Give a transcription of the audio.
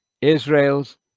Israel's